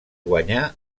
guanyà